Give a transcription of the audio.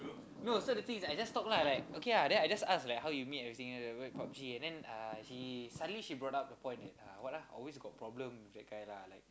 no so the thing is that I just talk lah like okay ah then I just ask like how you meet everything then after that PUB-G and then uh she suddenly she brought up the point that uh what ah always got problem with that guy lah like